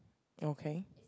okay